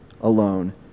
alone